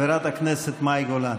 חברת הכנסת מאי גולן,